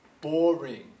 boring